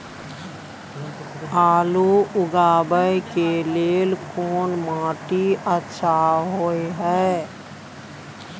आलू उगाबै के लेल कोन माटी अच्छा होय है?